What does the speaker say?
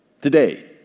today